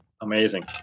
Amazing